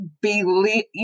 believe